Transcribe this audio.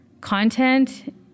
content